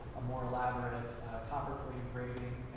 a more elaborate copper-plated engraving.